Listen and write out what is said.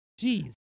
Jeez